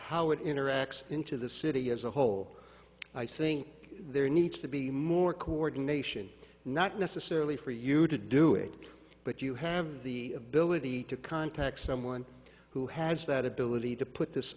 how it interacts into the city as a whole i think there needs to be more coordination not necessarily for you to do it but you have the ability to contact someone who has that ability to put this